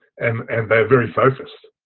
um and they are very focused.